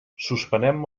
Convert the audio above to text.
suspenem